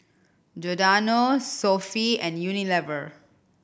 Giordano Sofy and Unilever